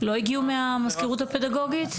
לא הגיעו מהמזכירות הפדגוגית?